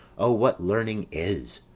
o, what learning is!